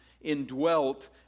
indwelt